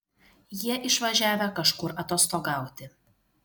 jie išvažiavę kažkur atostogauti